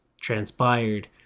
transpired